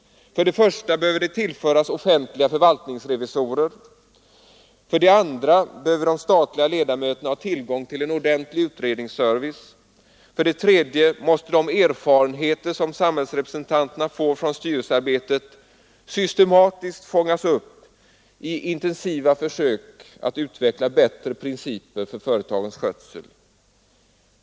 För det första behöver det tillföras offentliga förvaltningsrevisorer. För det andra behöver de statliga ledamöterna ha tillgång till en ordentlig utredningsservice. För det tredje måste de erfarenheter som samhällsrepresentanterna får från styrelsearbetet systematiskt fångas upp i intensiva försök att utveckla bättre principer för företagens skötsel.